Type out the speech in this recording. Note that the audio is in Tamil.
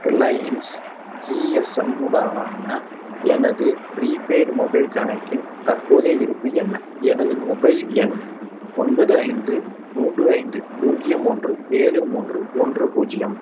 ரிலையன்ஸ் ஜி எஸ் எம் உடனான எனது ப்ரீபெய்டு மொபைல் கணக்கின் தற்போதைய இருப்பு என்ன எனது மொபைல் எண் ஒன்பது ஐந்து மூன்று ஐந்து பூஜ்ஜியம் ஒன்று ஏழு மூன்று ஒன்று பூஜ்ஜியம்